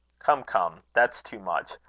come, come, that's too much.